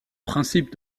principe